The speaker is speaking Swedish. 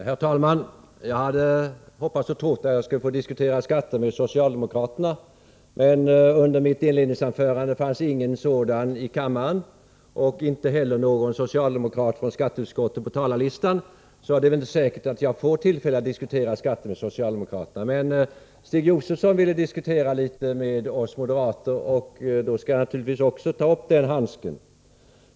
Herr talman! Jag hade hoppats och trott att jag skulle få diskutera skatter med socialdemokraterna, men under mitt inledningsanförande fanns ingen socialdemokrat i kammaren och inte heller någon sådan från skatteutskottet på talarlistan, så det är väl inte säkert att jag får tillfälle att diskutera skatter med socialdemokraterna. Men Stig Josefson ville diskutera litet med oss moderater, och då skall jag naturligtvis ta upp den handsken.